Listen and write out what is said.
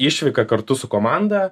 išvyka kartu su komanda